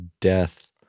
death